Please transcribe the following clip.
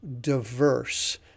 diverse